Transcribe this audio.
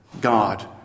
God